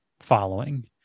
following